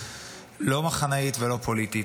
לא מחנאית ולא פוליטית.